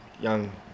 young